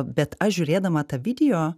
bet aš žiūrėdama tą video